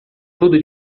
tudo